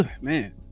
man